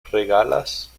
regalas